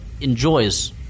enjoys